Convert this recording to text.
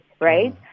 right